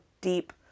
deep